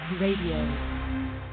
Radio